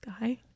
guy